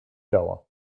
dauer